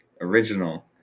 Original